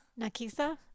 Nakisa